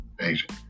agent